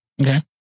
Okay